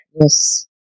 Yes